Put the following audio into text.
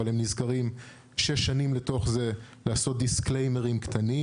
אבל הם נזכרים שש שנים לתוך זה לעשות disclaimer קטנים,